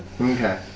Okay